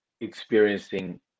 experiencing